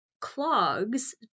Clogs